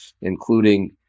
including